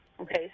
Okay